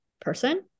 person